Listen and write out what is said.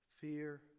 Fear